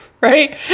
Right